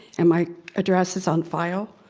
and my address is on file.